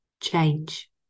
change